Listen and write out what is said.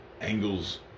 angles